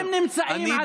אבל הם נמצאים על,